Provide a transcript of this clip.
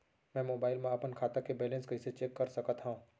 मैं मोबाइल मा अपन खाता के बैलेन्स कइसे चेक कर सकत हव?